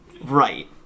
right